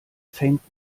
fängt